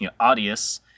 Audius